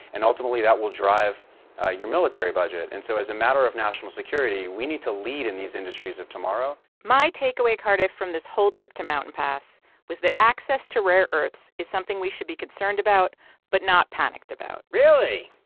and ultimately, that will drive ah your military budget. and so as a matter of national security, we need to lead in these industries of tomorrow my takeaway, cardiff, from this whole trip to mountain pass was that access to rare earths is something we should be concerned about but not panicked about really?